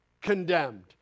condemned